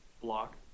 block